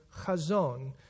chazon